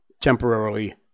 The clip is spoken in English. temporarily